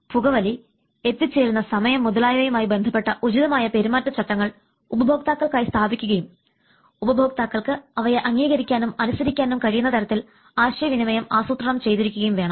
പുകവലി എത്തിച്ചേരുന്ന സമയം മുതലായവയുമായി ബന്ധപ്പെട്ട ഉചിതമായ പെരുമാറ്റച്ചട്ടങ്ങൾ ഉപഭോക്താക്കൾക്കായി സ്ഥാപിക്കുകയും ഉപഭോക്താക്കൾക്ക് അവയെ അംഗീകരിക്കാനും അനുസരിക്കാനും കഴിയുന്ന തരത്തിൽ ആശയവിനിമയം ആസൂത്രണം ചെയ്തിരിക്കുകയും വേണം